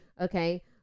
okay